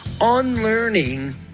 unlearning